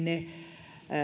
ne